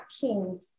king